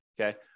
okay